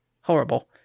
Horrible